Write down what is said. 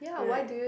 like